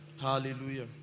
Hallelujah